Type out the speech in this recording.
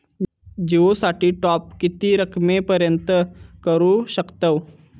जिओ साठी टॉप किती रकमेपर्यंत करू शकतव?